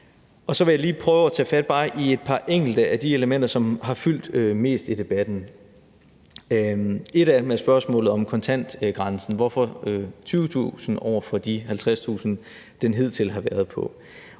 Så vil jeg lige prøve at tage fat bare i enkelte af de elementer, som har fyldt mest i debatten. Et af dem er spørgsmålet om kontantgrænsen – hvorfor 20.000 kr. over for de 50.000 kr., som den hidtil har været på.